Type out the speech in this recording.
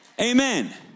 Amen